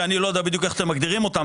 ואני לא יודע איך בדיוק אתם מגדירים אותן,